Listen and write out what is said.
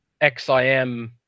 XIM